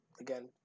Again